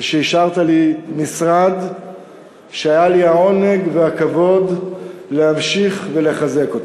על שהשארת לי משרד שהיו לי העונג והכבוד להמשיך לחזק אותו,